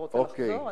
אתה רוצה לחזור?